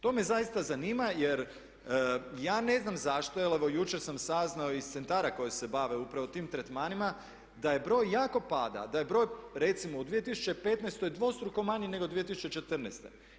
To me zaista zanima jer ja ne znam zašto jer evo jučer sam saznao iz centara koji se bave upravo tim tretmanima da je broj, jako pada, da je broj recimo u 2015. dvostruko manji nego 2014.